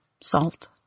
salt